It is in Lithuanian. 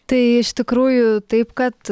tai iš tikrųjų taip kad